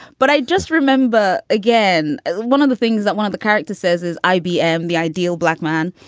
but i just remember, again, one of the things that one of the characters says is ibm, the ideal black man.